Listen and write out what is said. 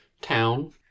town